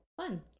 fun